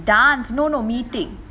dance no no meeting